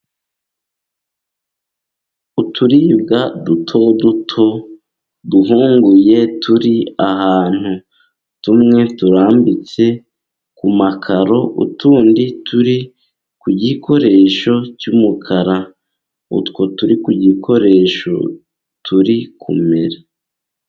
Uturibwa duto duto duhunguye turi ahantu, tumwe turambitse ku makaro utundi turi ku gikoresho cy'umukara, utwo turi ku gikoresho turi kumera.